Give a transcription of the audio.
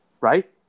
right